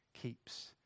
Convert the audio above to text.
keeps